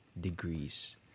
degrees